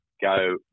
go